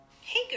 Hey